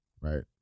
Right